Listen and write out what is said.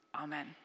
Amen